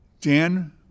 Dan